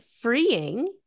freeing